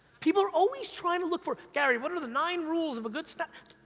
people are always trying to look for, gary, what are the nine rules of a good snap?